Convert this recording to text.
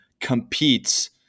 competes